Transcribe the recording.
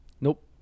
Nope